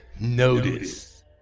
notice